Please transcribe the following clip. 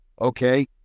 Okay